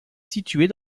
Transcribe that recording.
située